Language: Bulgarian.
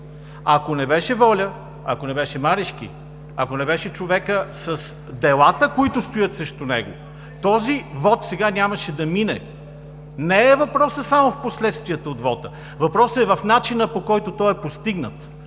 Ако не беше „Воля“, ако не беше Марешки, ако не беше човекът с делата, които стоят срещу него, този вот сега нямаше да мине. Въпросът не е само в последствията от вота, въпросът е и в начина, по който той е постигнат.